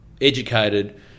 educated